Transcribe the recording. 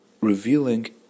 revealing